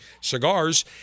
cigars